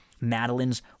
Madeline's